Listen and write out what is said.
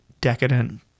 decadent